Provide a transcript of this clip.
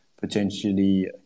potentially